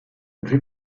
rue